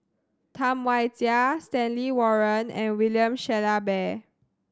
Tam Wai Jia Stanley Warren and William Shellabear